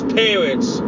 parents